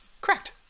Correct